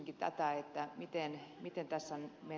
miten tässä on nyt menty ajattelemaan